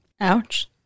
Ouch